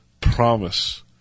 promise